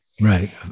Right